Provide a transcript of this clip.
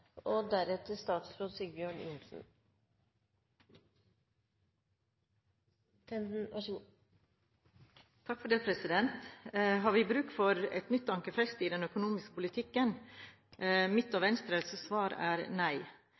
Har vi bruk for et nytt ankerfeste i den økonomiske politikken? Mitt og Venstres svar er nei.